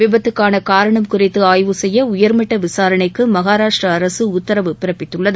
விபத்துக்கான காரணம் குறித்து ஆய்வு செய்ய உயர்மட்ட விசாரணைக்கு மகாராஷ்டிர அரசு உத்தரவு பிறப்பித்துள்ளது